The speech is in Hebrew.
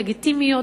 לגיטימיות,